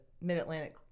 mid-Atlantic